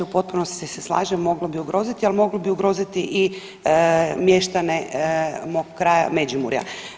U potpunosti se slažem moglo bi ugroziti, ali moglo bi ugroziti i mještane mog kraja Međimurja.